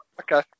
Okay